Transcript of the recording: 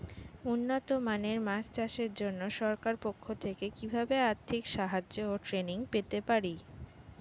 উন্নত মানের মাছ চাষের জন্য সরকার পক্ষ থেকে কিভাবে আর্থিক সাহায্য ও ট্রেনিং পেতে পারি?